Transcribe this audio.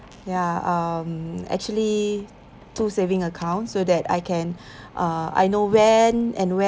ya um actually two saving account so that I can uh I know when and where